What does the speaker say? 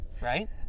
Right